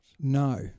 No